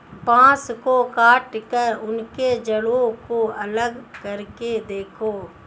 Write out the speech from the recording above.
बांस को काटकर उनके जड़ों को अलग करके रखो